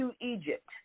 Egypt